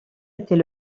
était